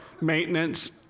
maintenance